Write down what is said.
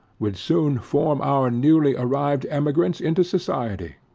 would soon form our newly arrived emigrants into society,